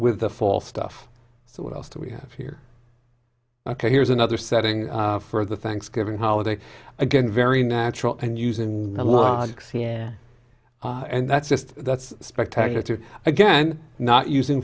with the fall stuff so what else do we have here ok here's another setting for the thanksgiving holiday again very natural and using logic c n n and that's just that's spectacular too again not using